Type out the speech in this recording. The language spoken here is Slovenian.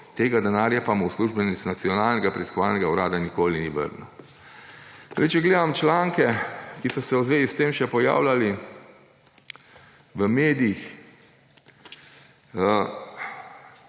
tega denarja pa mu uslužbenec Nacionalnega preiskovalnega urada nikoli ni vrnil«. Če gledam članke, ki so se v zvezi s tem še pojavljali v medijih;